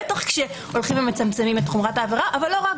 בטח כשמצמצמים את חומרת העבירה אבל לא רק.